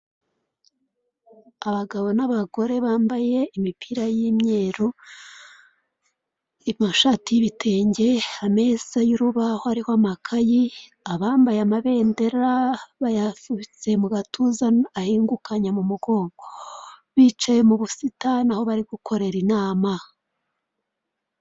Abagabo n'abagore bambaye imipira y'imyeru amashati y'ibitenge ameza y'urubaho ariho amakayi, abambaye amabendera bayafubitse mu gatuza ahingukanya mu mugongo bicaye mu busitani aho bari gukorera inama.